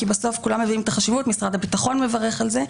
כי בסוף כולם מבינים את החשיבות משרד הביטחון מברך על זה,